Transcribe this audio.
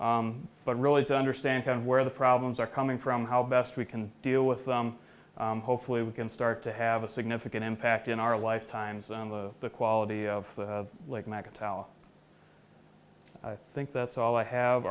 but really to understand where the problems are coming from how best we can deal with them hopefully we can start to have a significant impact in our lifetimes on the quality of like macca talent i think that's all i have